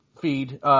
feed